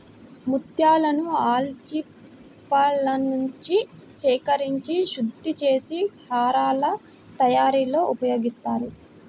ముత్యాలను ఆల్చిప్పలనుంచి సేకరించి శుద్ధి చేసి హారాల తయారీలో ఉపయోగిస్తారు